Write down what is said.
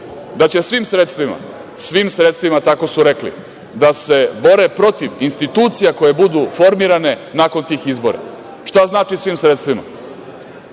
da će svim sredstvima, svim sredstvima tako su rekli, da se bore protiv institucija koje budu formirane nakon tih izbora. Šta znači svim sredstvima?